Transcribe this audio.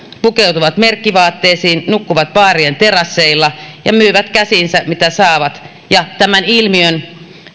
pukeutuvat merkkivaatteisiin nukkuvat baarien terasseilla ja myyvät mitä käsiinsä saavat ja tämän ilmiön